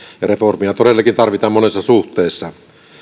ja reformia todellakin tarvitaan monessa suhteessa